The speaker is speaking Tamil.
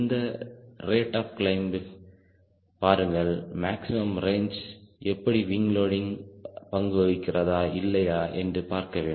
இந்த ரேட் ஆப் கிளிம்பைப் பாருங்கள் மேக்ஸிமம் ரேஞ்சுக்கு எப்படி விங் லோடிங் பங்குவகிக்கிறதா இல்லையா இன்று பார்க்க வேண்டும்